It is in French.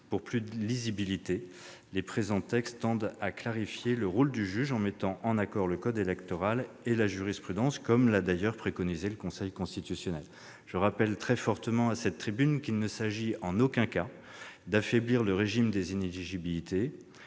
Pour plus de lisibilité, les présents textes tendent donc à clarifier le rôle du juge en mettant en accord le code électoral et la jurisprudence, comme l'a d'ailleurs préconisé le Conseil constitutionnel. Je le rappelle avec force à cette tribune, il ne s'agit en aucun cas d'affaiblir le régime des inéligibilités,